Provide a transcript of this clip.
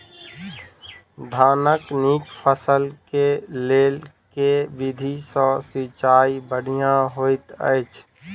धानक नीक फसल केँ लेल केँ विधि सँ सिंचाई बढ़िया होइत अछि?